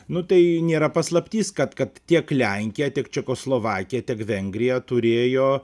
nu tai nėra paslaptis kad kad tiek lenkija tik čekoslovakija tiek vengrija turėjo